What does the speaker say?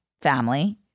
family